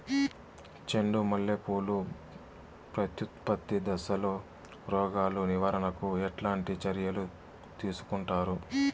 చెండు మల్లె పూలు ప్రత్యుత్పత్తి దశలో రోగాలు నివారణకు ఎట్లాంటి చర్యలు తీసుకుంటారు?